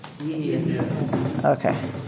Okay